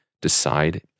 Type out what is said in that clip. decide